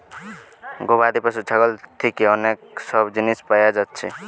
গবাদি পশু ছাগল থিকে অনেক সব জিনিস পায়া যাচ্ছে